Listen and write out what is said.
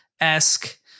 esque